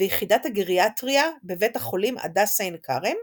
ויחידת הגריאטריה בבית החולים הדסה עין כרם,